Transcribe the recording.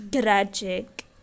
tragic